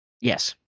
Yes